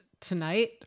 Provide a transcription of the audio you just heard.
tonight